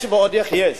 יש ועוד איך יש.